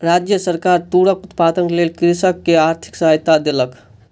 राज्य सरकार तूरक उत्पादनक लेल कृषक के आर्थिक सहायता देलक